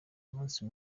umunsi